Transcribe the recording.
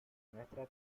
nuestra